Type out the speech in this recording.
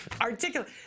articulate